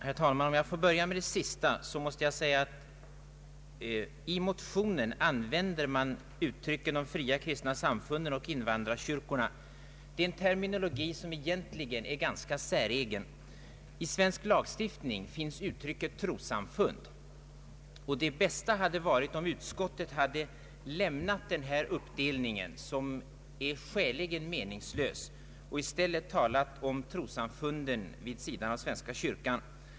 Herr talman! Om jag får börja med det sista, måste jag säga att när man i motionen använder uttrycken ”de fria kristna samfunden” och ”invandrarkyrkorna” så är det egentligen en ganska säregen terminologi. I svensk lagstiftning finns uttrycket trossamfund, och det bästa hade varit om utskottet lämnat denna uppdelning, som är skäligen meningslös, och i stället talat om trossamfunden vid sidan av svenska kyrkan.